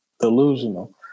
delusional